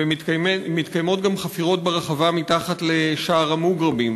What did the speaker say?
ומתקיימות גם חפירות מתחת לשער המוגרבים,